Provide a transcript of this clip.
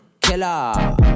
Killer